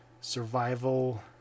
survival